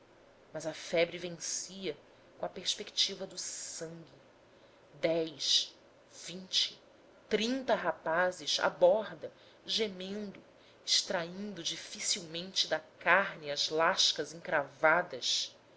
mas a febre vencia com a perspectiva do sangue dez vinte trinta rapazes à borda gemendo extraindo dificilmente da carne as lascas encravadas